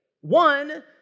One